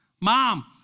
Mom